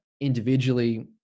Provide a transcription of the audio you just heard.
individually